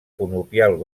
conopial